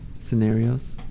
scenarios